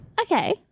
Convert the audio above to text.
Okay